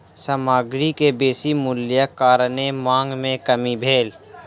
सामग्री के बेसी मूल्यक कारणेँ मांग में कमी भेल